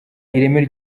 ireme